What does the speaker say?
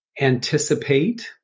anticipate